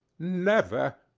never,